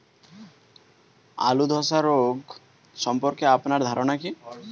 আলু ধ্বসা রোগ সম্পর্কে আপনার ধারনা কী?